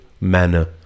manner